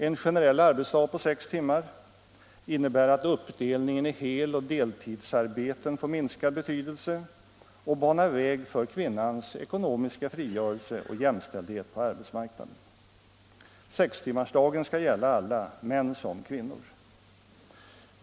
En generell arbetsdag på sex timmar innebär att uppdelningen i heloch deltidsarbeten får minskad betydelse och banar väg för kvinnans ekonomiska frigörelse och jämställdhet på arbetsmarknaden. Sextimmarsdagen skall gälla alla, män som kvinnor.